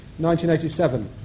1987